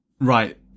Right